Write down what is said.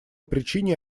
причине